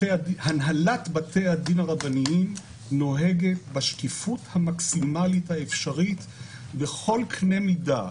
הנהלת בתי הדין הרבניים נוהגת בשקיפות המקסימלית האפשרית בכל קנה מידה.